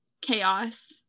chaos